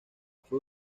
fue